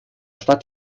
stadt